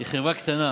היא חברה קטנה,